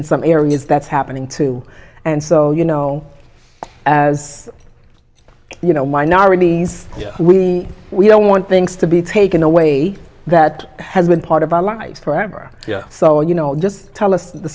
in some areas that's happening too and so you know as you know minorities we we don't want things to be taken away that has been part of our lives forever so you know just tell us the